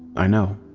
i know.